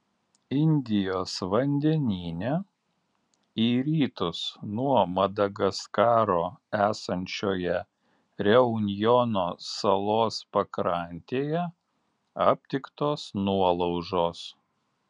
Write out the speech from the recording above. indijos vandenyne į rytus nuo madagaskaro esančioje reunjono salos pakrantėje aptiktos nuolaužos